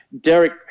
Derek